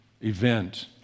event